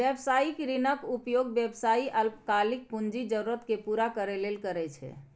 व्यावसायिक ऋणक उपयोग व्यवसायी अल्पकालिक पूंजी जरूरत कें पूरा करै लेल करै छै